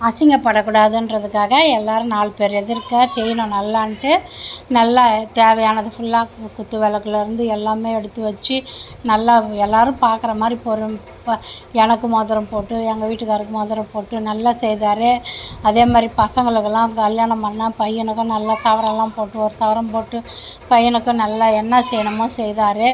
அசிங்கப்பட கூடாதுன்றதுக்காக எல்லோரும் நாலு பேர் எதிர்க்க செய்யணும் நல்லாண்ட்டு நல்லா தேவையானது ஃபுல்லாக குத்துவிளக்குலேந்து எல்லாமே எடுத்து வச்சு நல்லா எல்லாரும் பார்க்கற மாதிரி பொறுப்பாக எனக்கு மோதிரம் போட்டு எங்கள் வீட்டுக்காருக்கு மோதிரம் போட்டு நல்லா செய்தார் அதே மாதிரி பசங்களுக்கெலாம் கல்யாணம் பண்ணிணா பையனுக்கும் நல்லா சவரனெலாம் போட்டு ஒரு சவரன் போட்டு பையனுக்கும் நல்லா என்ன செய்யணுமோ செய்தார்